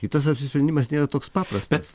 i tas apsisprendimas nėra toks paprastas